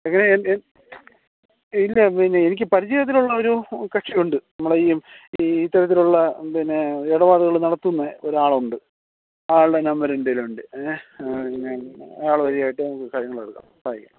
എങ്ങനെ ഇല്ല പിന്നെ എനിക്ക് പരിചയത്തിലുള്ള ഒരു കക്ഷിയുണ്ട് നമ്മളെ ഈ ഈ ഇത്തരത്തിലുള്ള പിന്നെ ഇടപാടുകൾ നടത്തുന്ന ഒരാളുണ്ട് ആ ആളുടെ നമ്പര് എൻറ്റേലുണ്ട് ഏ ഞാൻ ആൾ വഴിയായിട്ട് നമുക്ക് കര്യങ്ങളെടുക്കാം സഹായിക്കാം